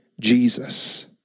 Jesus